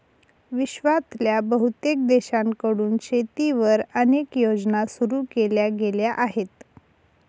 विश्वातल्या बहुतेक देशांकडून शेतीवर अनेक योजना सुरू केल्या गेल्या आहेत